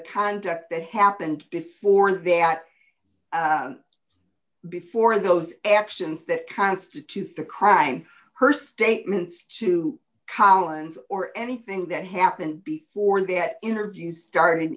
kind that happened before that before those actions that constitute the crime her statements to collins or anything that happened before that interview start